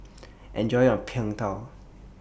Enjoy your Png Tao